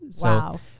Wow